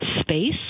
space